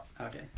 Okay